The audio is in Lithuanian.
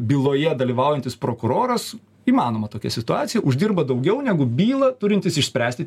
byloje dalyvaujantis prokuroras įmanoma tokia situacija uždirba daugiau negu bylą turintis išspręsti